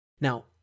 Now